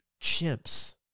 chimps